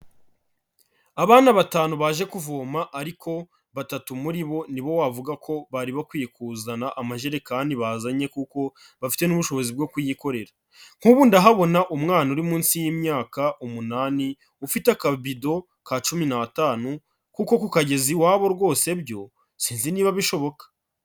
Abana batanu baje kuvoma ariko batatu muri bo ni bo wavuga ko bari bakwiye kuzana amajerekani bazanye kuko bafite n'ubushobozi bwo kuyikorera. Nk'ubu ndahabona umwana uri munsi y'imyaka umunani, ufite akabido ka cumi n'atanu kuko kukageza iwabo rwose byo sinzi niba bishoboka.